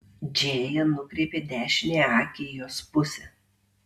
džėja nukreipė dešiniąją akį į jos pusę